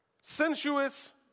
Sensuous